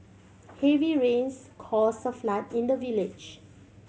heavy rains caused a flood in the village